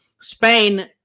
Spain